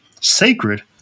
sacred